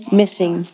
missing